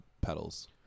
pedals